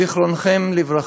זיכרונכם לברכה.